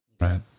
right